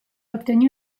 obtenu